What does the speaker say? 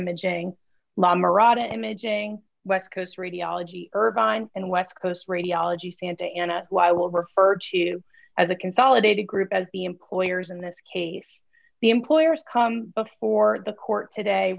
imaging la mirada imaging west coast radiology irvine and west coast radiology santa ana why will referred to as a consolidated group as the employers in this case the employers come before the court today